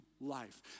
life